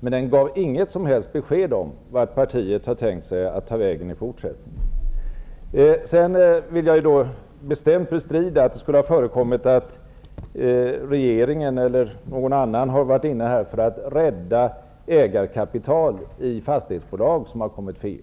men den gav inget som helst besked om vart partiet har tänkt ta vägen i fortsättningen. Jag vill bestämt bestrida att regeringen eller någon annan skulle ha försökt rädda ägarkapitalet i fastighetsbolag som har kommit fel.